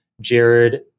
Jared